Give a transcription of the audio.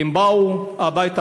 באו הביתה,